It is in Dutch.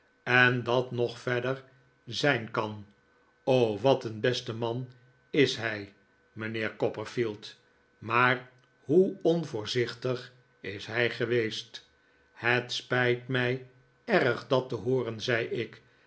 en dat nog verder zijn kan o wat een beste man is hij mijnheer copperfield maar hoe onvoorzichtig is hij geweest het spijt mij erg dat te hooren zei ik